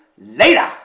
later